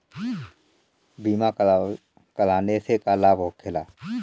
बीमा कराने से का लाभ होखेला?